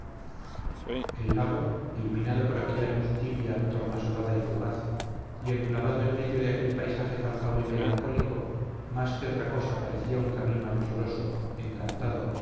el lago iluminado por aquella luz tibia tornasolada y fugaz y enclavado en medio de aquel paisaje tan vago y melancólico más que otra cosa parecía un camino anchuroso encantado